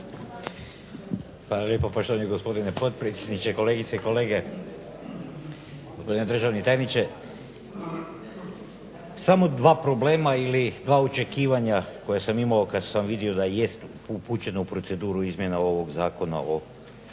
Hvala lijepo poštovani gospodine potpredsjedniče, kolegice i kolege, gospodine državni tajniče. Samo dva problema ili dva očekivanja koje sam imao kad sam vidio da jest upućena u proceduru izmjena ovog Zakona o